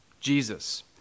Jesus